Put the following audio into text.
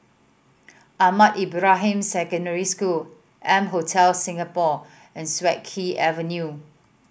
Ahmad Ibrahim Secondary School M Hotel Singapore and Siak Kew Avenue